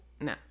No